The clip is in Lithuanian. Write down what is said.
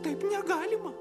taip negalima